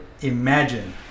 imagine